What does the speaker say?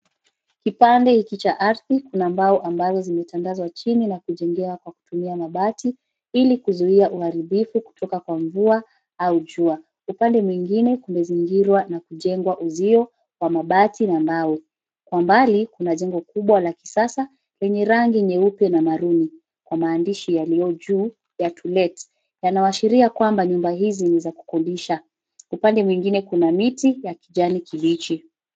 Kipande hiki cha ardhi, kuna mbao ambazo zimetandazwa chini na kujengewa kwa kutumia mabati ili kuzuia uharibifu kutoka kwa mvua au jua. Upande mwingine, kumezingirwa na kujengwa uzio wa mabati na mbao. Kwa mbali kuna jengo kubwa la kisasa, lenye rangi nyeupe na maruni ,kwa maandishi yaliyo juu ya (cs)To let(cs).Yanaashiria kwamba nyumba hizi ni za kukodisha. Upande mwingine kuna miti ya kijani kibichi.